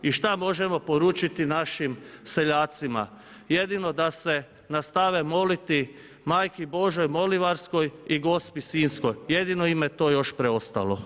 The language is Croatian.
I šta možemo poručiti našim seljacima, jedino da se nastave moliti Majki Božjoj Molvarskoj i Gospi Sinjskoj, jedino im je to još preostalo.